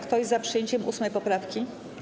Kto jest za przyjęciem 8. poprawki?